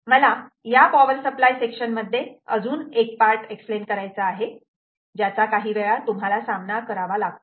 मला या power supply section मध्ये अजून एक पार्ट एक्सप्लेन करायचा आहे ज्याचा काहीवेळा तुम्हाला सामना करावा लागतो